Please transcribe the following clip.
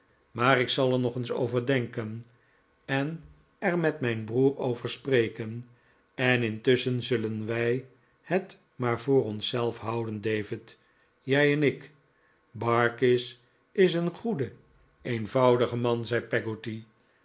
maar ik zal er nog eens over denken en er met mijn broer over spreken en intusschen zullen wij het maar voor ons zelf houden david gij en ik barkis is een goede eenvoudige man zei